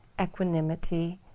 equanimity